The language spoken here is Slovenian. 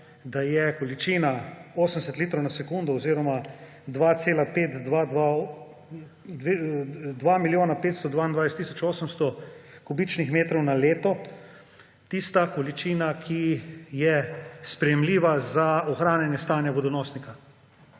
da je količina 80 litrov na sekundo oziroma 2 milijona 522 tisoč 800 kubičnih metrov na leto tista količina, ki je sprejemljiva za ohranjanje stanja vodonosnika.